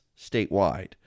statewide